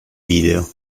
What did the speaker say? video